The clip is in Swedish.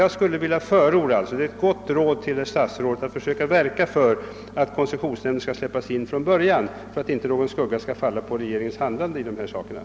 Jag skulle vilja ge statsrådet det goda rådet att försöka verka för att koncessionsnämnden skall släppas in från början, detta för att inte någon skugga skall falla på regeringens handlande i dessa sammanhang.